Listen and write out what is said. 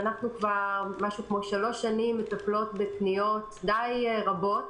אנחנו כבר כשלוש שנים מטפלות בפניות רבות